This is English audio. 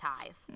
ties